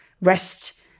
rest